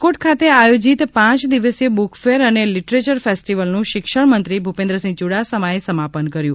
રાજકોટ ખાતે આયોજિત પાંચ દિવસીય બુકફેર અને લિટરેચર ફેસ્ટિવલનું શિક્ષણમંત્રી ભૂપેન્દ્રસિંહ ચૂડાસમાએ સમાપન કર્યુ